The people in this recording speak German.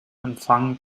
empfang